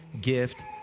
gift